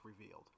revealed